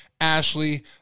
Ashley